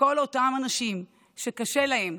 לפרוס את ההוצאות האלה לכל אותם אנשים שקשה להם,